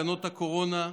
תקנות הקורונה,